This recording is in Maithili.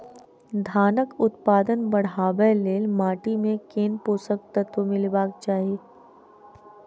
धानक उत्पादन बढ़ाबै लेल माटि मे केँ पोसक तत्व मिलेबाक चाहि?